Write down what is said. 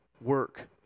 Work